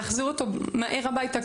להחזיר אותו מהר הביתה,